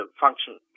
function